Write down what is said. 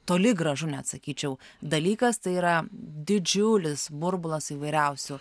toli gražu net sakyčiau dalykas tai yra didžiulis burbulas įvairiausių